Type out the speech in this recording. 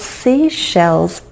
seashells